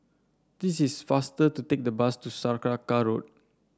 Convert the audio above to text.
this is faster to take the bus to Saraca Road